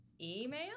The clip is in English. email